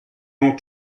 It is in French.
ont